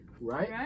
Right